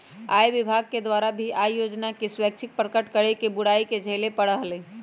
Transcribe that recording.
आय विभाग के द्वारा भी आय योजना के स्वैच्छिक प्रकट करे के बुराई के झेले पड़ा हलय